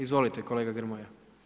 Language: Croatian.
Izvolite kolega Grmoja.